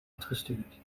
uitgestuurd